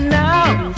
now